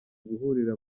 guhurira